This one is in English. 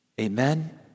Amen